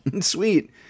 Sweet